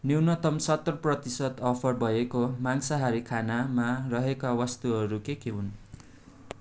न्यूनतम सत्तर प्रतिशत अफर भएको मांसाहारी खानामा रहेका वस्तुहरू के के हुन्